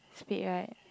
speed right